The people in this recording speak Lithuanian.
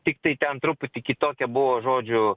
tiktai ten truputį kitokia buvo žodžių